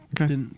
Okay